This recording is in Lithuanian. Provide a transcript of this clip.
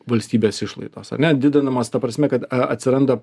valstybės išlaidos ar ne didinamas ta prasme kad atsiranda